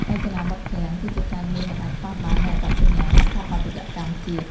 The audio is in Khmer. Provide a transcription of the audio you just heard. រចនាបថឃ្លាំងគឺជាផ្នែកមួយមិនអាចខ្វះបាននៃអត្តសញ្ញាណស្ថាបត្យកម្មជាតិ។